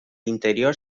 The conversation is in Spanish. interior